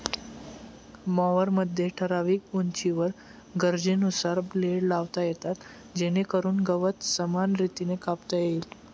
मॉवरमध्ये ठराविक उंचीवर गरजेनुसार ब्लेड लावता येतात जेणेकरून गवत समान रीतीने कापता येईल